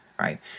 right